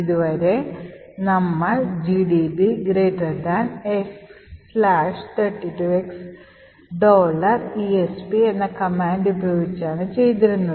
ഇതുവരെ നമ്മൾ gdb x32x esp എന്ന കമാൻഡ് ഉപയോഗിച്ചാണ് ചെയ്തിരുന്നത്